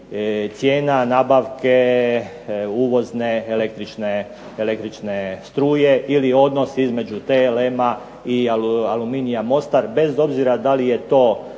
cijena nabavke uvozne električne struje ili odnos između TLM-a ili Aluminija Mostar bez obzira da li je to